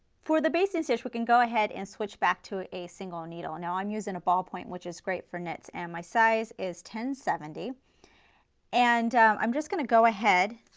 for the basting stitch we can go ahead and switch back to a single needle. now i am using a ballpoint which is great for knits and my size is ten seventy and i am just going to go ahead,